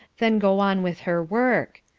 then go on with her work.